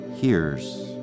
hears